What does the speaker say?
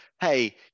Hey